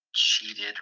Cheated